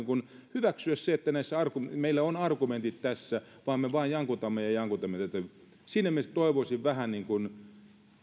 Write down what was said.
hyväksyä sitä että meillä on argumentit tässä vaan me vain jankutamme ja jankutamme siinä mielessä toivoisin vähän niin kuin